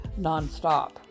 nonstop